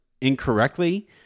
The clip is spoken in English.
incorrectly